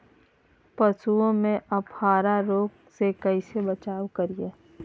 पशुओं में अफारा रोग से कैसे बचाव करिये?